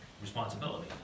responsibility